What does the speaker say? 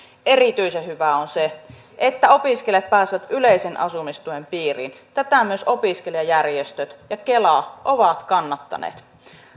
erityisen hyvää on se että opiskelijat pääsevät yleisen asumistuen piiriin tätä myös opiskelijajärjestöt ja kela ovat kannattaneet